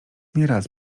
nieraz